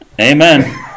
Amen